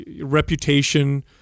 reputation